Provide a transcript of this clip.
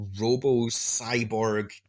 robo-cyborg